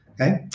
Okay